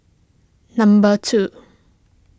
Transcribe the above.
number two